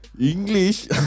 English